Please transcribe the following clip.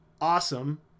awesome